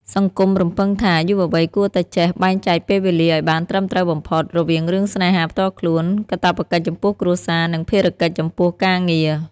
សង្គមរំពឹងថា យុវវ័យគួរតែចេះបែងចែកពេលវេលាឱ្យបានត្រឹមត្រូវបំផុត រវាងរឿងស្នេហាផ្ទាល់ខ្លួន កាតព្វកិច្ចចំពោះគ្រួសារ និងភារកិច្ចចំពោះការងារ។